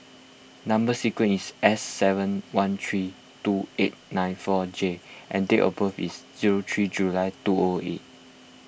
Number Sequence is S seven one three two eight nine four J and date of birth is zero three July two O O eight